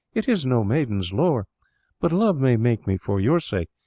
it is no maiden's lore but love may make me for your sake,